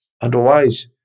Otherwise